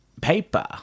paper